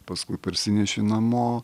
paskui parsineši namo